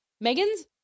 Megan's